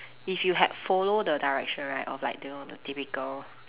if you had follow the direction right of like the the typical